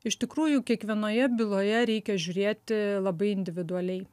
iš tikrųjų kiekvienoje byloje reikia žiūrėti labai individualiai